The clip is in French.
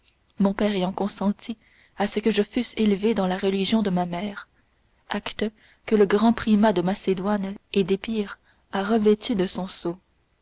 mon père ayant consenti à ce que je fusse élevée dans la religion de ma mère acte que le grand primat de macédoine et d'épire a revêtu de son sceau